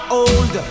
old